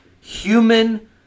human